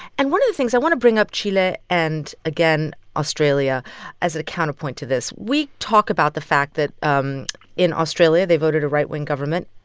and one of the things i want to bring up chile and, again, australia as a counterpoint to this. we talk about the fact that um in australia, they voted a right-wing government.